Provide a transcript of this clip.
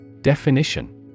Definition